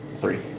three